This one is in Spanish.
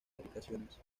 aplicaciones